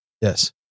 Yes